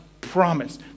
promise